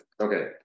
Okay